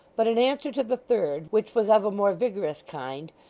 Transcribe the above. but in answer to the third, which was of a more vigorous kind,